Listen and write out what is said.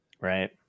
Right